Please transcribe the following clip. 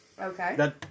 Okay